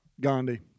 Gandhi